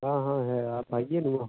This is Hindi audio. हाँ हाँ है आप आइए ना वहाँ